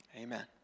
Amen